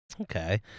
Okay